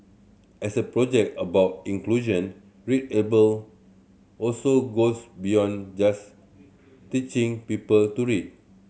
as a project about inclusion readable also goes beyond just teaching people to read